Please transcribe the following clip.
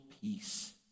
peace